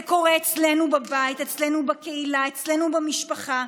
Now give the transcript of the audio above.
זה קורה אצלנו בבית, אצלנו בקהילה, אצלנו במשפחה.